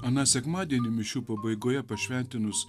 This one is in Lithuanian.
aną sekmadienį mišių pabaigoje pašventinus